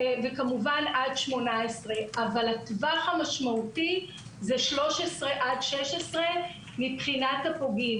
וכמובן עד 18. אבל הטווח המשמעותי הוא 13 עד 16 מבחינת הפוגעים.